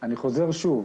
לא בודקים ניהול ספרים,